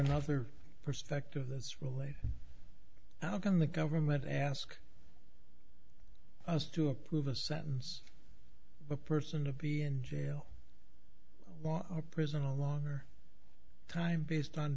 another perspective that's really how can the government ask us to approve a sentence a person to be in jail or prison a longer time based on